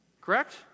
Correct